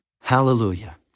Hallelujah